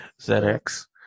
ZX